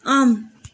اَم